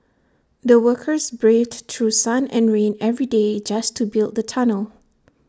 the workers braved through sun and rain every day just to build the tunnel